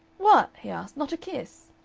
what! he asked not a kiss?